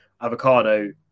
avocado